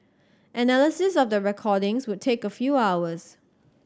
analysis of the recordings would take a few hours